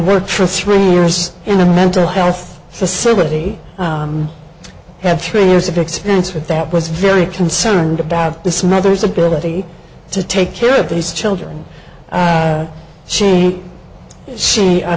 worked for three years in a mental health facility i have three years of experience with that was very concerned about this mother's ability to take care of these children she she